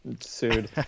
sued